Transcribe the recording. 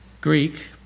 Greek